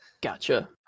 Gotcha